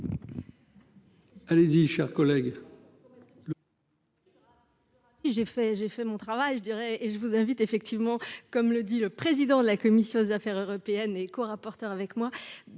Allez-y, chers collègues.